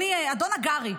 אדון הגרי,